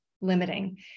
limiting